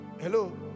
hello